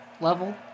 level